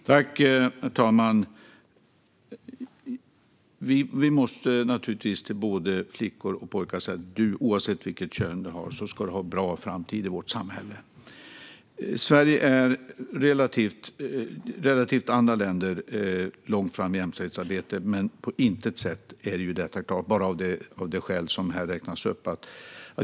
Herr talman! Vi måste naturligtvis kunna säga till både flickor och pojkar att oavsett vilket kön du har ska du ha en bra framtid i vårt samhälle. Sverige är relativt andra länder långt framme i jämställdhetsarbetet. På intet sätt är det dock klart, bara av de skäl som här räknas upp.